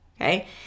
okay